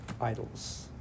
idols